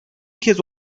kez